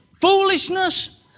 foolishness